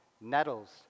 Nettles